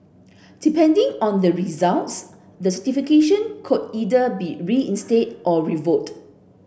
depending on the results this defecation could either be reinstated or revoked